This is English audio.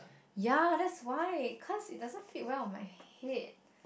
ya that's why cause it doesn't fit well on my head